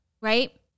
Right